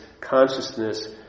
consciousness